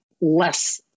less